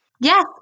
Yes